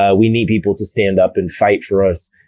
ah we need people to stand up and fight for us,